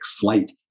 flight